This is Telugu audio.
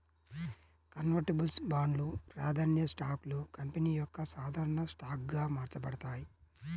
కన్వర్టిబుల్స్ బాండ్లు, ప్రాధాన్య స్టాక్లు కంపెనీ యొక్క సాధారణ స్టాక్గా మార్చబడతాయి